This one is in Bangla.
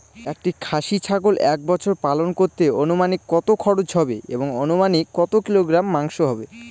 একটি খাসি ছাগল এক বছর পালন করতে অনুমানিক কত খরচ হবে এবং অনুমানিক কত কিলোগ্রাম মাংস হবে?